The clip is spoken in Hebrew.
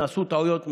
נעשו טעויות,